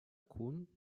kuhn